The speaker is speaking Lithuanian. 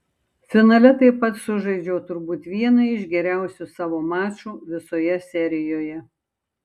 finale taip pat sužaidžiau turbūt vieną iš geriausių savo mačų visoje serijoje